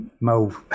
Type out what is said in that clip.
Mo